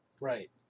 Right